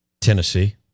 Tennessee